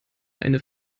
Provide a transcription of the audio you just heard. eine